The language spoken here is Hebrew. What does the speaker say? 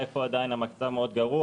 איפה המצב גרוע.